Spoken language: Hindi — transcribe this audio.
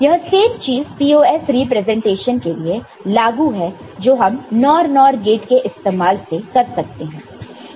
यह सेम चीज POS रिप्रेजेंटेशन के लिए लागू है जो हम NOR NOR गेट के इस्तेमाल से कर सकते हैं